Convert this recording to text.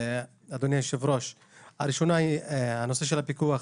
הראשונה בנושא הפיקוח.